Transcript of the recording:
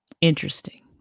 Interesting